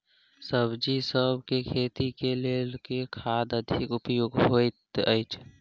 सब्जीसभ केँ खेती केँ लेल केँ खाद अधिक उपयोगी हएत अछि?